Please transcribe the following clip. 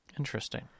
Interesting